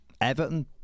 Everton